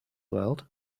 world